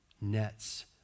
nets